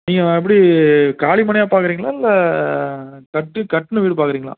நீங்கள் எப்படி காலிமனையாக பார்க்கறீங்களா இல்லை கட்டு கட்டின வீடு பார்க்கறீங்களா